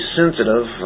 sensitive